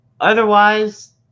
otherwise